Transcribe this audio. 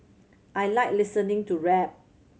I like listening to rap